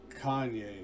Kanye